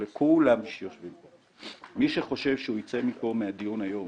לכל היושבים פה: מי שחושב שהוא יצא מהדיון היום